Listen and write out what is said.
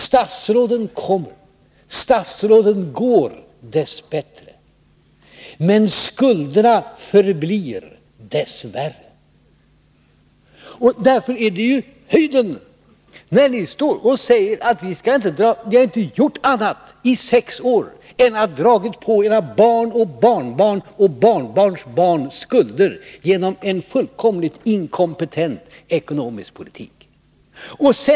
Statsråden kommer, statsråden går — dess bättre. Men skulderna förblir, dess värre. Därför är det höjden när ni står och säger att ni inte skall dra på någon skulder. Ni har inte gjort annat under sex år än dragit på era barn och barnbarn och barnbarnsbarn skulder genom en fullkomligt inkompetent ekonomisk politik.